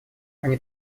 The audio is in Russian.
они